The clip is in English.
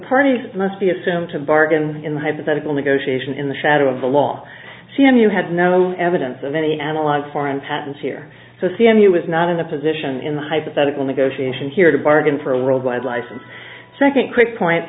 parties must be assumed to bargain in the hypothetical negotiation in the shadow of the law she knew had no evidence of any analog foreign patents here so cmu was not in a position in the hypothetical negotiation here to bargain for a worldwide license second quick point